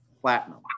platinum